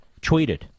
tweeted